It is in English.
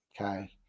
okay